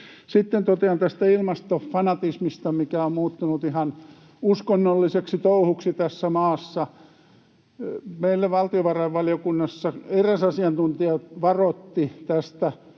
Sitten totean tästä ilmastofanatismista, mikä on muuttunut ihan uskonnolliseksi touhuksi tässä maassa. Meillä valtiovarainvaliokunnassa eräs asiantuntija varoitti tästä